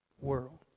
world